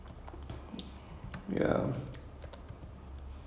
okay K lah after the school term ends then